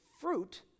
fruit